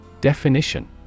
definition